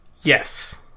yes